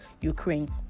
ukraine